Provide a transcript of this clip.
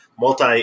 multi